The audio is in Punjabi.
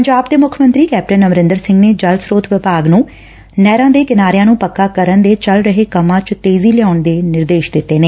ਪੰਜਾਬ ਦੇ ਮੁੱਖ ਮੰਤਰੀ ਕੈਪਟਨ ਅਮਰੰਦਰ ਸਿੰਘ ਨੇ ਜਲ ਸਰੋਤ ਵਿਭਾਗ ਨੂੰ ਨਹਿਰਾਂ ਦੇ ਕਿਨਾਰਿਆਂ ਨੂੰ ਪੱਕਾ ਕਰਨ ਦੇ ਚੱਲ ਰਹੇ ਕੰਮਾਂ ਚ ਤੇਜ਼ੀ ਲਿਆਉਣ ਦੇ ਨਿਰਦੇਸ਼ ਦਿੱਤੇ ਨੇ